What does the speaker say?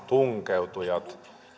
tunkeutujat